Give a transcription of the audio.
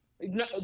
no